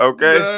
Okay